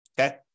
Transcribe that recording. Okay